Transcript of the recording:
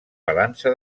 balança